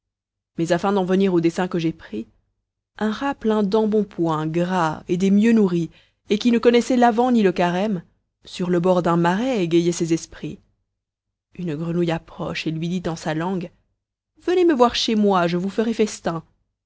mais afin d'en venir au dessein que j'ai pris un rat plein d'embonpoint gras et des mieux nourris et qui ne connaissait l'avent ni le carême sur le bord d'un marais égayait ses esprits une grenouille approche et lui dit en sa langue venez me voir chez moi je vous ferai festin